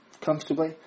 comfortably